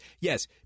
yes